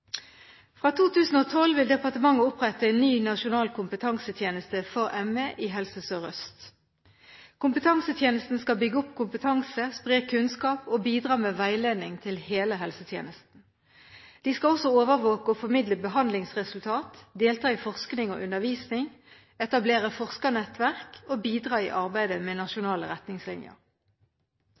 Fra 2012 vil departementet opprette en ny nasjonal kompetansetjeneste for ME i Helse Sør-Øst. Kompetansetjenesten skal bygge opp kompetanse, spre kunnskap og bidra med veiledning til hele helsetjenesten. De skal også overvåke og formidle behandlingsresultater, delta i forskning og undervisning, etablere forskernettverk og bidra i arbeidet med nasjonale retningslinjer.